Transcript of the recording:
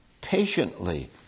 Patiently